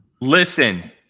Listen